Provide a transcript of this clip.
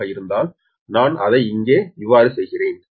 ஆக இருந்தால் நான் அதை இங்கே செய்கிறேன்